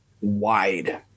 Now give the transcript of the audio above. wide